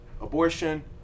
abortion